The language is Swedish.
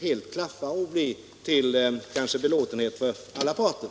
helt klaffar och blir till belåtenhet för alla parter.